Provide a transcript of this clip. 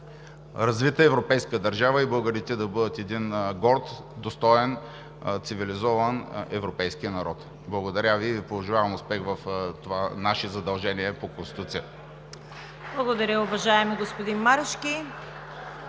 развита европейска държава и българите да бъдат един горд, достоен, цивилизован европейски народ. Благодаря Ви и пожелавам успех в това наше задължение по Конституция! (Ръкопляскания от „ВОЛЯ